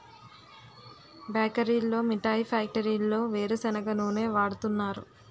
బేకరీల్లో మిఠాయి ఫ్యాక్టరీల్లో వేరుసెనగ నూనె వాడుతున్నారు